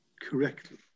correctly